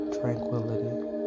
tranquility